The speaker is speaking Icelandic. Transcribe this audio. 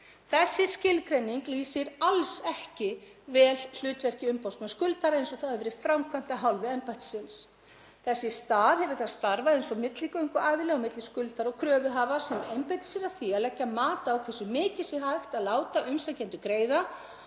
Þessi skilgreining lýsir alls ekki vel hlutverki umboðsmanns skuldara eins og það hefur verið framkvæmt af hálfu embættisins. Þess í stað hefur það starfað eins og milligönguaðili á milli skuldara og kröfuhafa sem einbeitir sér að því að leggja mat á hversu mikið sé hægt að láta umsækjendur greiða